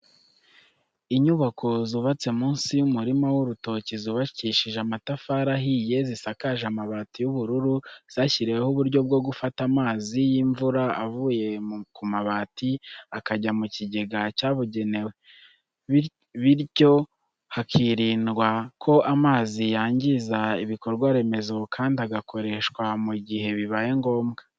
Inyubako zubatse munsi y'umurima w'urutoki, zubakishije amatafari ahiye zisakaje amabati y'ubururu, zashyiriweho uburyo bwo gufata amazi y'imvura avuye ku mabati akajya mu kigega cyabugenewe biryo hakirindwa ko amazi yangiza ibikorwaremezo kandi agakoreshwa mu gihe bibaye ngombwa.